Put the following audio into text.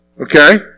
okay